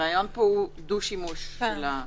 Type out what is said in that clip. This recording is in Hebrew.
הרעיון פה הוא דו שימוש של זה.